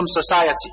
society